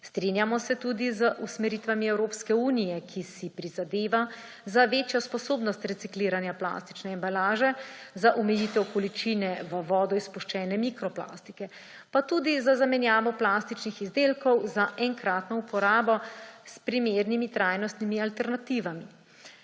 Strinjamo se tudi z usmeritvami Evropske unije, ki si prizadeva za večjo sposobnost recikliranja plastične embalaže, za omejitev količine v vodo izpuščene mikroplastike, pa tudi za zamenjavo plastičnih izdelkov za enkratno uporabo s primernimi trajnostnimi alternativami.